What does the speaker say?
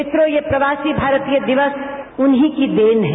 मित्रों ये प्रवासी भारतीय दिक्स उन्हीं की देन है